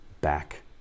back